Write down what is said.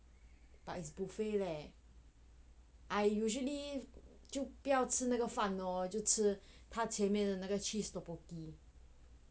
but it's buffet leh I usually 就不要吃那个饭咯就吃它前面的那个 cheese tteokboki